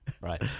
right